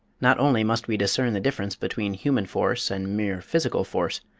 not only must we discern the difference between human force and mere physical force,